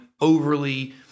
overly